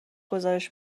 گزارش